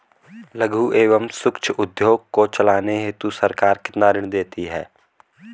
लघु एवं सूक्ष्म उद्योग को चलाने हेतु सरकार कितना ऋण देती है?